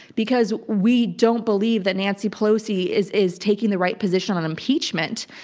because we don't believe that nancy pelosi is is taking the right position on impeachment,